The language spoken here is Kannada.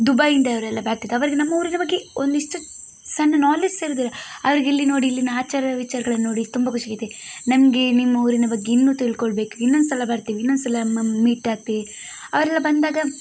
ದುಬೈಯಿಂದ ಅವರೆಲ್ಲ ಅವರಿಗೆ ನಮ್ಮ ಊರಿನ ಬಗ್ಗೆ ಒಂದಿಷ್ಟು ಸಣ್ಣ ನಾಲೇಜ್ ಸಹ ಇರುವುದಿಲ್ಲ ಅವರ್ಗೆ ಇಲ್ಲಿ ನೋಡಿ ಇಲ್ಲಿನ ಅಚಾರ ವಿಚಾರಗಳನ್ನ ನೋಡಿ ತುಂಬ ಖುಷಿಯಾಗುತ್ತೆ ನಮಗೆ ನಿಮ್ಮ ಊರಿನ ಬಗ್ಗೆ ಇನ್ನೂ ತಿಳ್ಕೊಳ್ಳಬೇಕು ಇನ್ನೊಂದು ಸಲ ಬರ್ತೀವಿ ಇನ್ನೊಂದು ಸಲ ಮ ಮೀಟಾಗ್ತೆ ಅವರೆಲ್ಲ ಬಂದಾಗ